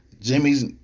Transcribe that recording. Jimmy's